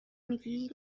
میگی